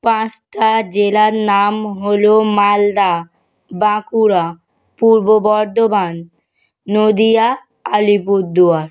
পাঁচটা জেলার নাম হলো মালদা বাঁকুড়া পূর্ব বর্ধমান নদীয়া আলিপুরদুয়ার